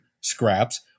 scraps